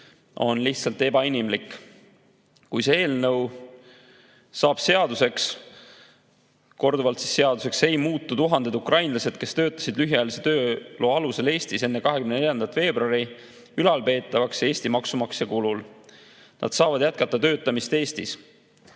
on lihtsalt ebainimlik. Kui see eelnõu saab seaduseks, ei muutu tuhanded ukrainlased, kes töötasid lühiajalise tööloa alusel Eestis enne 24. veebruari, ülalpeetavaks Eesti maksumaksja kulul. Nad saavad jätkata töötamist Eestis.